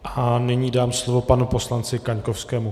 A nyní dám slovo panu poslanci Kaňkovskému.